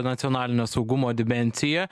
nacionalinio saugumo dimensiją